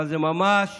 אבל ממש